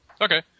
Okay